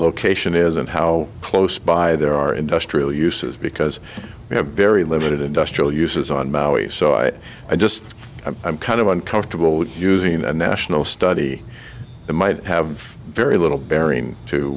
location is and how close by there are industrial uses because we have very limited industrial uses on maui so i i just i'm kind of uncomfortable with using a national study that might have very little bearing to